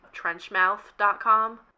Trenchmouth.com